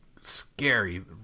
scary